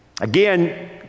Again